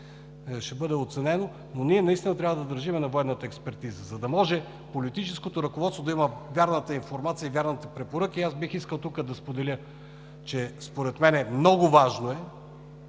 ще бъде оценено, но ние наистина трябва да държим на военната експертиза, за да може политическото ръководство да има вярната информация и вярната препоръка. Бих искал тук да споделя, че според мен е много важно в